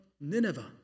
Nineveh